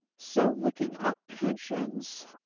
so looking up pensions,